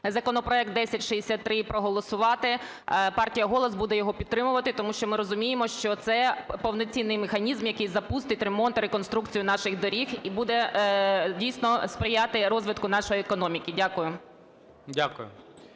законопроект 1063 і проголосувати. Партія "Голос" буде його підтримувати, тому що, ми розуміємо, що це повноцінний механізм, який запустить ремонт, реконструкцію наших доріг і буде дійсно сприяти розвитку нашої економіки. Дякую.